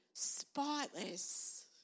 spotless